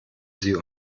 sie